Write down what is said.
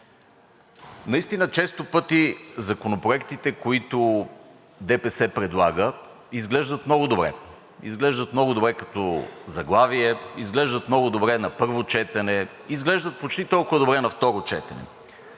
Наистина често пъти законопроектите, които ДПС предлага, изглеждат много добре – изглеждат много добре като заглавие, изглеждат много добре на първо четене, изглеждат почти толкова добре на второ четене.